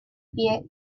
pie